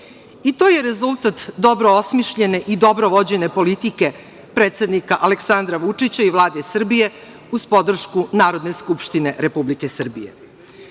To je rezultat dobro osmišljene i dobro vođene politike predsednika Aleksandra Vučića i Vlade Srbije uz podršku Narodne skupštine Republike Srbije. Srbija